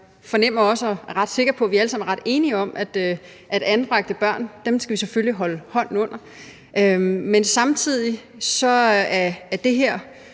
fornemmer også og er ret sikker på, at vi alle sammen er ret enige om, at anbragte børn skal vi selvfølgelig holde hånden under. Men samtidig er det her